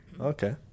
Okay